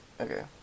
okay